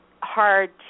hard